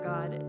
God